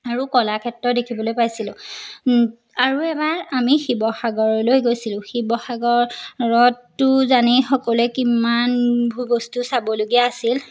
আৰু কলাক্ষেত্ৰ দেখিবলৈ পাইছিলোঁ আৰু এবাৰ আমি শিৱসাগৰলৈ গৈছিলোঁ শিৱসাগৰততো জানেই সকলোৱে কিমান বস্তু চাবলগীয়া আছিল